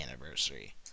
anniversary